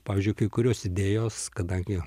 pavyzdžiui kai kurios idėjos kadangi